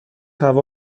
هوا